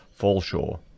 Falshaw